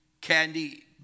Candy